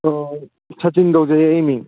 ꯁꯆꯤꯟ ꯀꯧꯖꯩ ꯑꯩ ꯃꯤꯡ